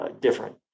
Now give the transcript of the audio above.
different